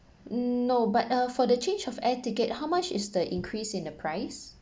mm no but uh for the change of air ticket how much is the increase in the price